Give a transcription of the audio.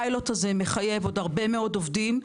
הפיילוט הזה מחייב עוד הרבה מאוד עובדים.